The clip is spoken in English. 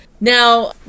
Now